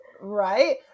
Right